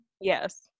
Yes